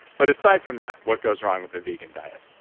but, aside from that, what goes wrong with the vegan diet?